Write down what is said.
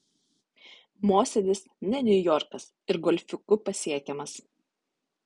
mosėdis ne niujorkas ir golfiuku pasiekiamas